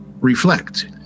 reflect